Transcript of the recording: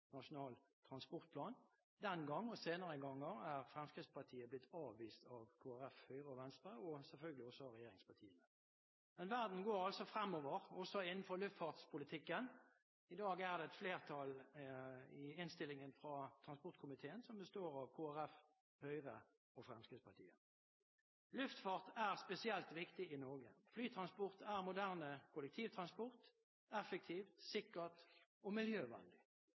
transportplan. Den gang og senere ganger er Fremskrittspartiet blitt avvist av Kristelig Folkeparti, Høyre og Venstre og selvfølgelig også av regjeringspartiene. Men verden går altså fremover, også innenfor luftfartspolitikken. Innstillingen vi behandler i dag, viser at det er et flertall i transportkomiteen som består av Kristelig Folkeparti, Høyre og Fremskrittspartiet. Luftfart er spesielt viktig i Norge. Flytransport er moderne kollektivtransport – effektivt, sikkert og miljøvennlig.